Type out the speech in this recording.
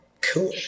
Cool